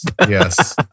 Yes